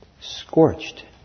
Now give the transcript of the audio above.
scorched